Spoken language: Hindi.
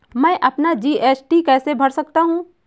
मैं अपना जी.एस.टी कैसे भर सकता हूँ?